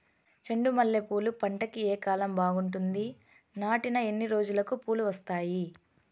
చెండు మల్లె పూలు పంట కి ఏ కాలం బాగుంటుంది నాటిన ఎన్ని రోజులకు పూలు వస్తాయి